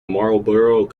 marlborough